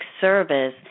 service